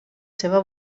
seva